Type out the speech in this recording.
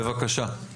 בבקשה, איילת.